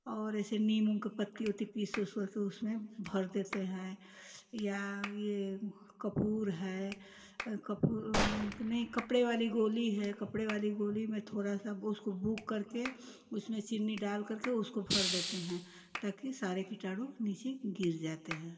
और ऐसे नीम के पत्ती वत्ती पीस उस करके उसमें भर देते हैं या ये कपूर है एं कपू नएँ कपड़े वाली गोली है कपड़े वाली गोली में थोड़ा सा ओसको कूट करके उसमें चीनी डाल करके उसको भर देते हैं ताकि सारे कीटाणु नीचे गिर जाते हैं